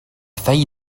failli